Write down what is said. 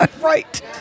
Right